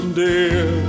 dear